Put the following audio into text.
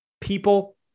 people